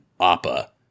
Appa